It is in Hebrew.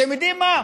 אתם יודעים מה?